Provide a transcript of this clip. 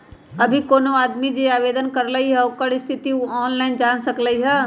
अभी कोनो आदमी जे आवेदन करलई ह ओकर स्थिति उ ऑनलाइन जान सकलई ह